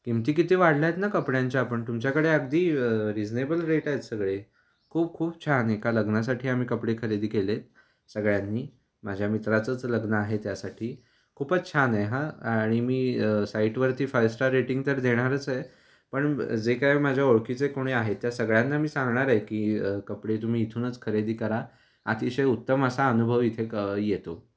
किमती किती वाढल्या आहेत ना कपड्यांच्या पण तुमच्याकडे अगदी रिजनेबल रेट आहेत सगळे खूप खूप छान एका लग्नासाठी आम्ही कपडे खरेदी केले आहेत सगळ्यांनी माझ्या मित्राचंच लग्न आहे त्यासाठी खूपच छान आहे हा आणि मी साईटवरती फाय स्टार रेटिंग तर देणारच आहे पण जे काय माझ्या ओळखीचे कोणी आहेत त्या सगळ्यांना मी सांगणार आहे की कपडे तुम्ही इथूनच खरेदी करा अतिशय उत्तम असा अनुभव इथे क येतो